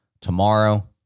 tomorrow